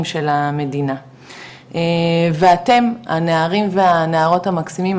של המדינה ואתם הנערים והנערות המקסימים,